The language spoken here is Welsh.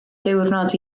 diwrnod